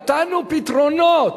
נתנו פתרונות,